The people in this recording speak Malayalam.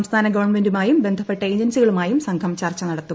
സംസ്ഥാന ഗവൺമെന്റുമായും ബന്ധപ്പെട്ട ഏജൻസികളുമായും സംഘം ചർച്ച നടത്തും